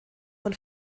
von